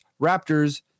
Raptors